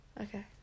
Okay